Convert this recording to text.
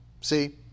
See